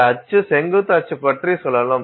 இந்த அச்சு செங்குத்து அச்சு பற்றி சுழலும்